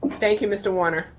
thank you, mr. warner.